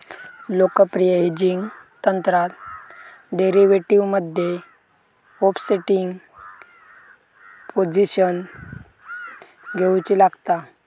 लोकप्रिय हेजिंग तंत्रात डेरीवेटीवमध्ये ओफसेटिंग पोझिशन घेउची लागता